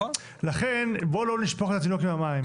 לכן בואו לא נשפוך את התינוק עם המים.